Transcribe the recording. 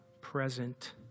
present